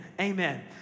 Amen